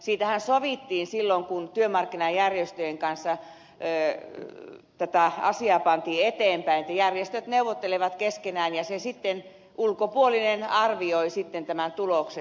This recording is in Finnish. siitähän sovittiin silloin kun työmarkkinajärjestöjen kanssa tätä asiaa pantiin eteenpäin että järjestöt neuvottelevat keskenään ja ulkopuolinen arvioi sitten tämän tuloksen